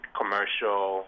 commercial